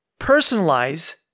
personalize